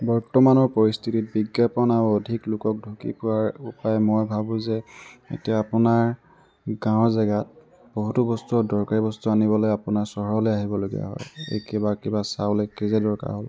বৰ্তমানৰ পৰিস্থিতিত বিজ্ঞাপন আৰু অধিক লোকক ঢুকি পোৱাৰ উপায় মই ভাবো যে এতিয়া আপোনাৰ গাঁও জেগাত বহুতো বস্তু দৰকাৰি বস্তু আনিবলৈ আপোনাৰ চহৰলৈ আহিব লগীয়া হয় এই কিবা কিবা চাউল এক কেজিয়ে দৰকাৰ হ'ল